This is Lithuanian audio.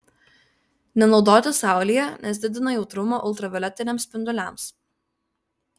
nenaudoti saulėje nes didina jautrumą ultravioletiniams spinduliams